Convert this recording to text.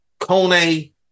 Kone